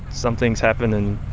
some things happen and,